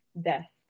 death